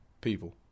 people